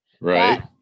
Right